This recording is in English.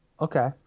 Okay